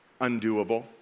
undoable